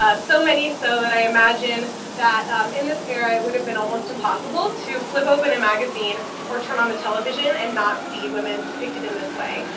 ah so many so that i imagine that um in this era, it would have been almost impossible to flip open a magazine or turn on the tv and not see women depicted in this way.